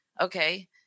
okay